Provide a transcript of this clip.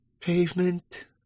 pavement